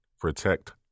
protect